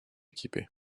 équipés